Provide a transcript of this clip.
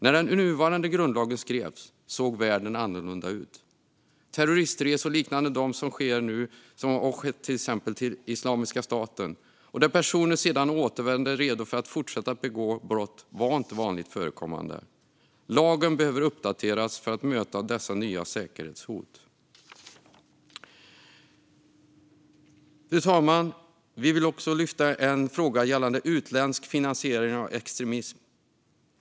När den nuvarande grundlagen skrevs såg världen annorlunda ut. Terroristresor liknande dem som sker nu och som har skett till exempelvis Islamiska staten, och där personer sedan återvänder redo att fortsätta att begå brott, var inte vanligt förekommande. Lagen behöver uppdateras för att kunna möta dessa nya säkerhetshot. Fru talman! Vi vill också lyfta fram frågan gällande utländsk finansiering av extremism.